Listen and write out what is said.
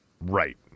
Right